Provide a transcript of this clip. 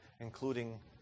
including